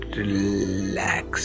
relax